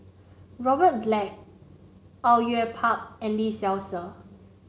Robert Black Au Yue Pak and Lee Seow Ser